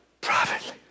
privately